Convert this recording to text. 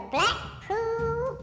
Blackpool